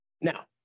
now